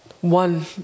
one